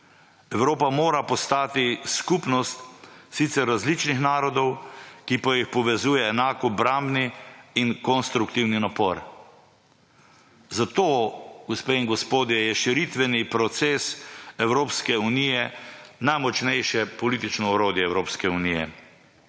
Evropa mora postati skupnost, sicer različnih narodov, ki pa jih povezuje enak obrambni in konstruktivni napor. Zato gospe in gospodje je širitveni proces Evropske unije najmočnejše politično orodje Evropske unije.